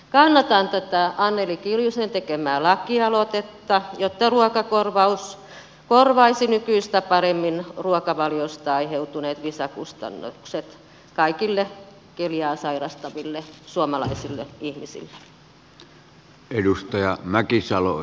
kannatan tätä anneli kiljusen tekemää laki aloitetta jotta ruokakorvaus korvaisi nykyistä paremmin ruokavaliosta aiheutuneet lisäkustannukset kaikille keliakiaa sairastaville suomalaisille ihmisille